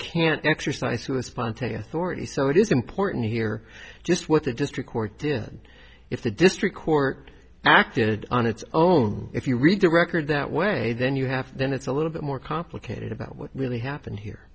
can't exercise to a spontaneous thore so it is important here just what the district court did if the district court acted on its own if you read the record that way then you have then it's a little bit more complicated about what really happened here